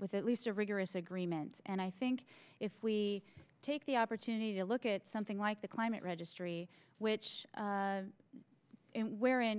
with at least a rigorous agreements and i think if we take the opportunity to look at something like the climate registry which wherein